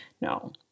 No